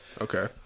okay